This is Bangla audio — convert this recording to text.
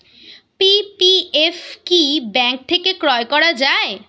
পি.পি.এফ কি ব্যাংক থেকে ক্রয় করা যায়?